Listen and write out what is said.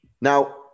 Now